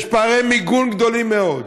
יש פערי מיגון גדולים מאוד,